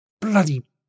Bloody